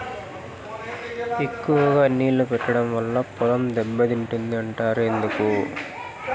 ఎక్కువగా నీళ్లు పెట్టడం వల్ల పొలం దెబ్బతింటుంది అంటారు ఎందుకు?